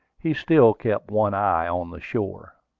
he still kept one eye on the shore.